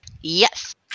Yes